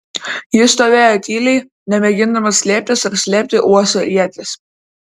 jis stovėjo tyliai nemėgindamas slėptis ar slėpti uosio ieties